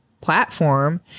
platform